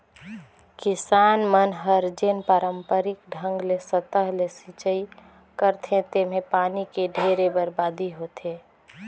किसान मन हर जेन पांरपरिक ढंग ले सतह ले सिचई करथे तेम्हे पानी के ढेरे बरबादी होथे